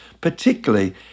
particularly